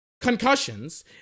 concussions